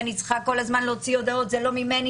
ואני צריכה כל הזמן להוציא הודעות: זה לא ממני,